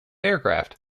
aircraft